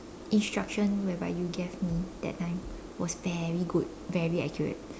instruction whereby you gave me that time was very good very accurate